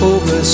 Over